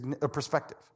perspective